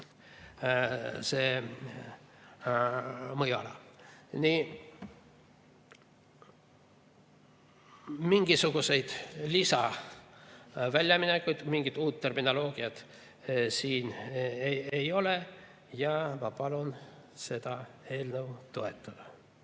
mõjuala. Mingisuguseid lisaväljaminekuid, mingit uut terminoloogiat siin ei ole. Ma palun seda eelnõu toetada.